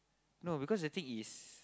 no because the thing is